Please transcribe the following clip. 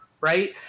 right